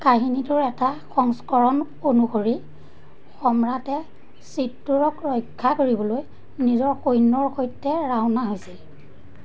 কাহিনীটোৰ এটা সংস্কৰণ অনুসৰি সম্ৰাটে চিত্তোৰক ৰক্ষা কৰিবলৈ নিজৰ সৈন্যৰ সৈতে ৰাওনা হৈছিল